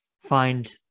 find